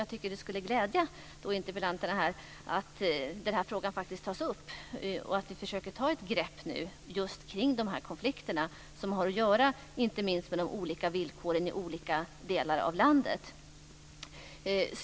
Jag tycker att det skulle glädja interpellanterna att frågan faktiskt tas upp och att vi nu försöker få ett grepp just om de här konflikterna, som inte minst har att göra med de olika villkoren i olika delar av landet.